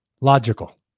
Logical